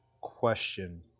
question